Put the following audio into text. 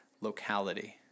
locality